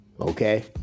okay